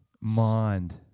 mind